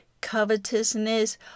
covetousness